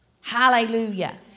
hallelujah